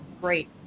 great